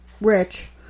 rich